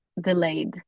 delayed